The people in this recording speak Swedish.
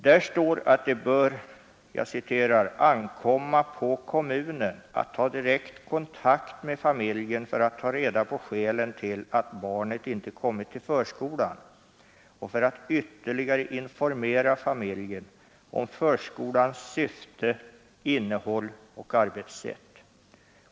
Det står att det bör ankomma på kommunen ”att ta direkt kontakt med familjen för att ta reda på skälen till att barnet inte kommit till förskolan och för att ytterligare informera familjen om förskolans syfte, innehåll och arbetssätt.